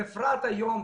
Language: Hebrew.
בפרט היום,